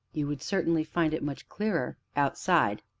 you would certainly find it much clearer outside,